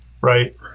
right